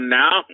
now